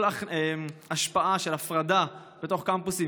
כל הפרדה בתוך הקמפוסים,